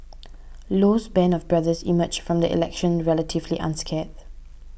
Low's band of brothers emerged from the election relatively unscathed